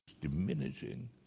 diminishing